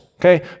Okay